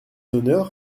honneurs